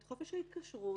חופש התקשרות.